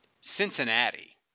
Cincinnati